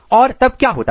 और तब क्या होता है